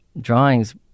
drawings